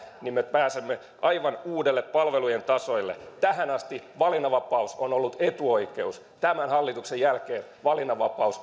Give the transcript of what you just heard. niin me pääsemme aivan uusille palvelujen tasoille tähän asti valinnanvapaus on ollut etuoikeus tämän hallituksen jälkeen valinnanvapaus